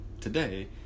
today